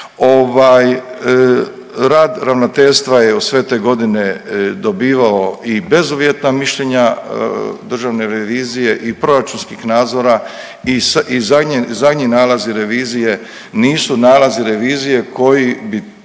rad ravnateljstva je u sve te godine dobivao i bezuvjetna mišljenja državne revizije i proračunskih nadzora. I zadnji nalaz i revizije nisu nalazile … koje bi